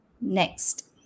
next